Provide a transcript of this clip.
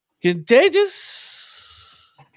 Contagious